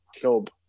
club